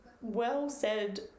well-said